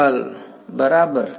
curl બરાબર